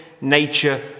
nature